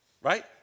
right